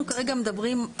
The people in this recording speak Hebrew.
אנחנו כרגע מדברים,